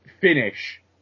finish